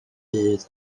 byd